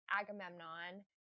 Agamemnon